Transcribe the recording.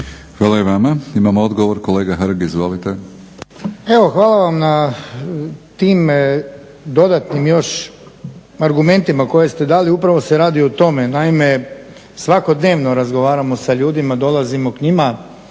Hvala i vama. Imamo odgovor kolega Hrg, izvolite. **Hrg, Branko (HSS)** Evo hvala vam tim dodatnim još argumentima koje ste dali. Upravo se radi o tome. Naime, svakodnevno razgovaramo sa ljudima, dolazimo k njima.